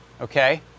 Okay